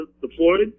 deployed